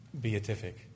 beatific